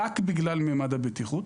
רק בגלל ממד הבטיחות,